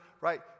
right